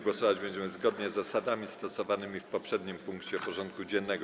Głosować będziemy zgodnie z zasadami stosowanymi w poprzednim punkcie porządku dziennego.